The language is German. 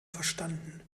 verstanden